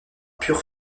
pur